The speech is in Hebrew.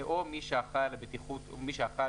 או "מי שאחראי על הבטיחות כאמור,